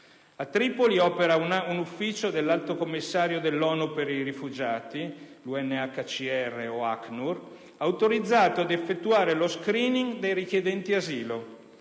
A Tripoli opera un ufficio dell'Alto commissario dell'ONU per i rifugiati (UNHCR o ACNUR), autorizzato ad effettuare lo *screening* dei richiedenti asilo.